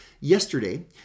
yesterday